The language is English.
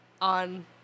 on